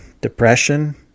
depression